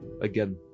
again